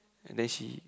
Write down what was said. and then she